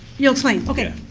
you'll explain, good,